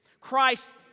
Christ